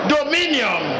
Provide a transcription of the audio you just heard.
Dominion